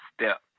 step